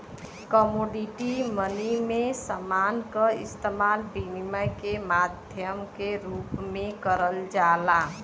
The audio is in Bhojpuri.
कमोडिटी मनी में समान क इस्तेमाल विनिमय के माध्यम के रूप में करल जाला